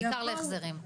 בעיקר להחזרים.